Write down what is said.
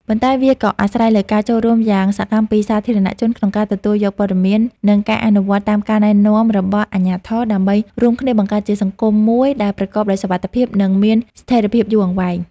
ប៉ុន្តែវាក៏អាស្រ័យលើការចូលរួមយ៉ាងសកម្មពីសាធារណជន ក្នុងការទទួលយកព័ត៌មាន និងការអនុវត្តតាមការណែនាំរបស់អាជ្ញាធរ ដើម្បីរួមគ្នាបង្កើតជាសង្គមមួយដែលប្រកបដោយសុវត្ថិភាព និងមានស្ថិរភាពយូរអង្វែង។